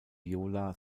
viola